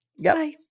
Bye